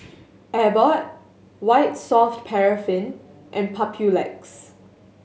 Abbott White Soft Paraffin and Papulex